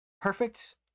perfect